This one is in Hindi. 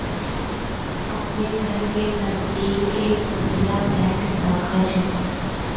अपने घर के नजदीक एक खुदरा बैंक शाखा चुनें